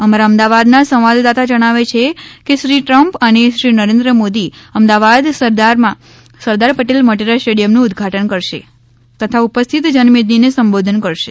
અમારા અમદાવાદના સંવાદદાતા જણાવે છે કે શ્રી ટ્રમ્પ અને શ્રી નરેન્દ્ર મોદી અમદાવાદમાં સરદાર પટેલ મોટેરા સ્ટેડિયમનું ઉદઘાટન કરશે તથા ઉપસ્થીત જનમેદનીને સંબોધન કરશે